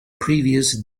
previous